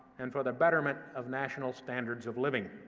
and for the betterment of national standards of living.